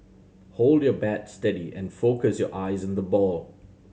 hold your bat steady and focus your eyes on the ball